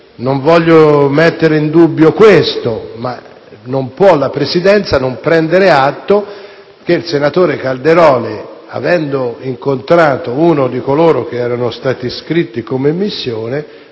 non voglio mettere in dubbio questo; ma non può la Presidenza non prendere atto di quanto affermato dal senatore Calderoli, avendo egli incontrato uno di coloro che erano stati iscritti come in missione,